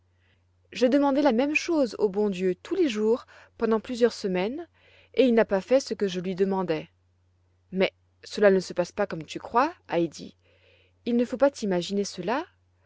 j'ai demandé la même chose au bon dieu tous les jours pendant plusieurs semaines et il n'a pas fait ce que je lui demandais mais cela ne se passe pas comme tu crois heidi il ne faut pas t'imaginer cela